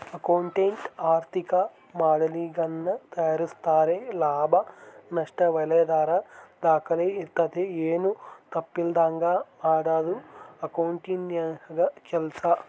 accountant ಆರ್ಥಿಕ ಮಾಡೆಲಿಂಗನ್ನ ತಯಾರಿಸ್ತಾರೆ ಲಾಭ ನಷ್ಟಯಲ್ಲದರ ದಾಖಲೆ ಇರ್ತತೆ, ಏನು ತಪ್ಪಿಲ್ಲದಂಗ ಮಾಡದು ಅಕೌಂಟೆಂಟ್ನ ಕೆಲ್ಸ